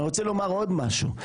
אני רוצה לומר עוד משהו.